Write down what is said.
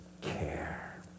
care